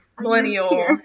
millennial